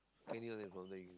Kent Hill from there can